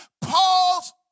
Paul's